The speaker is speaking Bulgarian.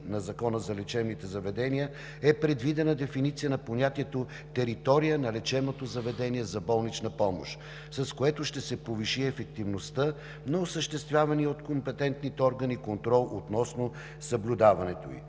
на Закона за лечебните заведения е предвидена дефиниция на понятието „територия на лечебното заведение за болнична помощ“, с което ще се повиши ефективността на осъществявания от компетентните органи контрол относно съблюдаването ѝ.